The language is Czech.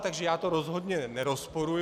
Takže já to rozhodně nerozporuji.